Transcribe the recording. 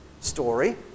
story